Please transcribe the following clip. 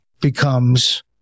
becomes